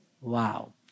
Wow